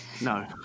No